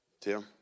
Tim